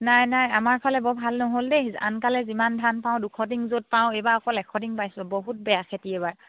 নাই নাই আমাৰ ফালে বৰ ভাল নহ'ল দেই আনকালে যিমান ধান পাওঁ দুশ টিং যত পাওঁ এইবাৰ অকল এশ টিং পাইছোঁ বহুত বেয়া খেতি এইবাৰ